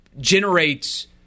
generates